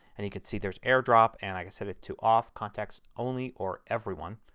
and you can see there is airdrop. and i can set it to off, contacts only, or everyone.